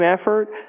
effort